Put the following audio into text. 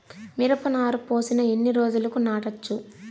మిరప నారు పోసిన ఎన్ని రోజులకు నాటచ్చు?